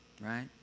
right